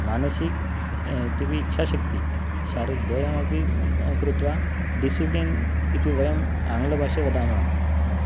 मानसिकी इत्योपि इच्छाशक्ति शारीरिकं द्वयमपि कृत्वा डिसिप्लिन् इति वयम् आङ्ग्लभाषे वदामः